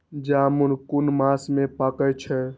जामून कुन मास में पाके छै?